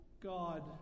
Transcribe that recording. God